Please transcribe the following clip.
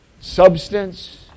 Substance